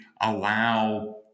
allow